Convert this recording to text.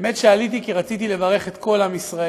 האמת היא שעליתי כי רציתי לברך את כל עם ישראל,